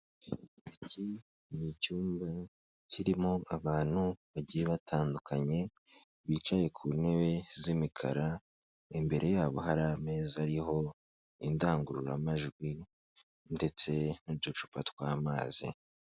Iki ni icyumba kirimo abantu bagiye batandukanye bicaye ku ntebe z'imikara, imbere yabo hari ameza ariho indangururamajwi ndetse n'uducupa tw'amazi.